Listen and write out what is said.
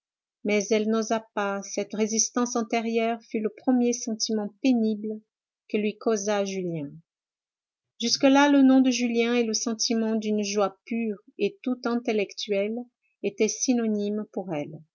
mais elle n'osa pas cette résistance intérieure fut le premier sentiment pénible que lui causa julien jusque-là le nom de julien et le sentiment d'une joie pure et tout intellectuelle étaient synonymes pour elle